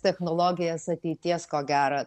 technologijas ateities ko gero